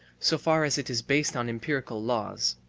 so far as it is based on empirical laws.